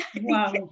Wow